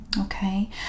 Okay